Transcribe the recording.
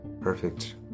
perfect